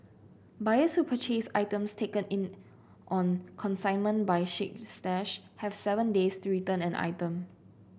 buyers who purchase items taken in on consignment by Chic Stash have seven days to return an item